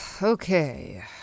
Okay